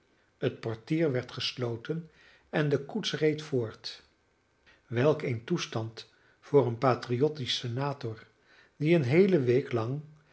het portier werd gesloten en de koets reed voort welk een toestand voor een patriotsch senator die een geheele week lang